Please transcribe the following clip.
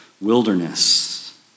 Wilderness